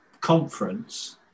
conference